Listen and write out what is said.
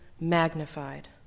magnified